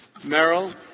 Meryl